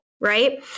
right